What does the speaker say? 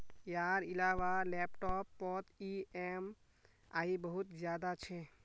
यार इलाबा लैपटॉप पोत ई ऍम आई बहुत ज्यादा छे